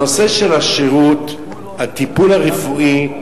הנושא של השירות, הטיפול הרפואי.